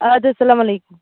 اَدٕ حظ سَلام علیکُم